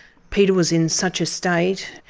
peter was in such a state,